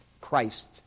Christ